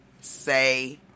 say